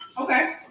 Okay